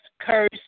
cursed